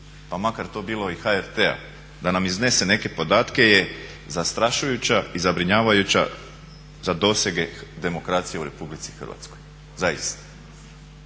pa makar to bilo i HRT-a, da nam iznese neke podatke je zastrašujuća i zabrinjavajuća za dosege demokracije u Republici Hrvatskoj, zaista.